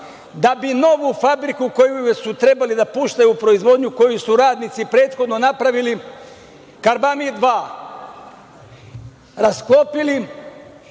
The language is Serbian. da bi novu fabriku koju su trebali da puštaju u proizvodnju, koju su radnici prethodno napravili „Karbamid 2“, rasklopili,